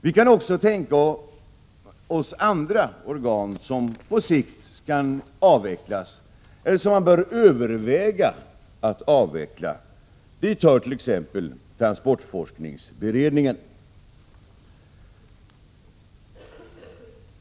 Vi kan också tänka oss att andra organ på sikt bör avvecklas eller att man i varje fall bör överväga att avveckla dem. Dit hör t.ex. transportforskningsberedningen.